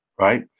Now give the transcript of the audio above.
right